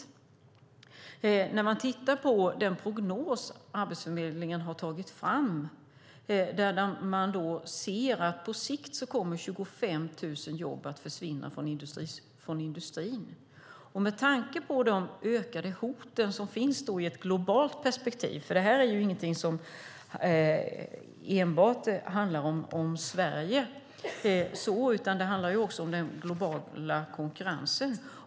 Tittar man på den prognos som Arbetsförmedlingen har tagit fram ser man att på sikt kommer 25 000 jobb att försvinna från industrin. Det här är ingenting som enbart handlar om Sverige, utan det handlar också om den globala konkurrensen.